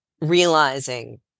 realizing